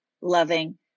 loving